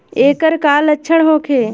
ऐकर का लक्षण होखे?